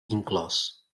inclòs